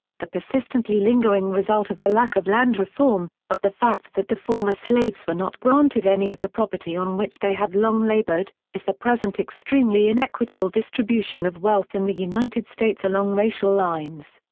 the persistently lingering result of the lack of land reform, of the fact that the former slaves were not granted any of the property on which they had long labored, is the present extremely inequitable distribution of wealth in the united states along racial lines.